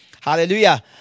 Hallelujah